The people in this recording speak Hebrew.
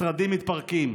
משרדים מתפרקים,